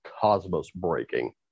cosmos-breaking